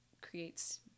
creates